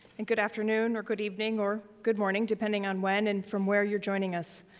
and good afternoon or good evening or good morning, depending on when and from where you're joining us.